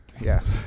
Yes